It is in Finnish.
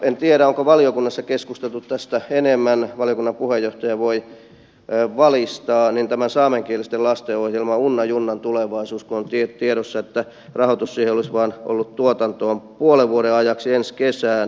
en tiedä onko valiokunnassa keskusteltu enemmän valiokunnan puheenjohtaja voi valistaa tästä saamenkielisten lastenohjelman unna junnan tulevaisuudesta kun on tiedossa että rahoitus siihen olisi ollut tuotantoon vain puolen vuoden ajaksi ensi kesään